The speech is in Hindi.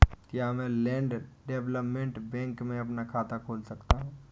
क्या मैं लैंड डेवलपमेंट बैंक में अपना खाता खोल सकता हूँ?